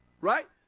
Right